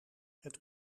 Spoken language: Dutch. het